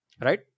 Right